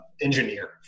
engineer